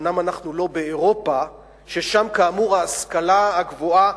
אומנם אנחנו לא באירופה, ששם כאמור ההשכלה הגבוהה,